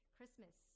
Christmas